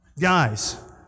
Guys